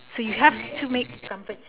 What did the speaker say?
so you have to make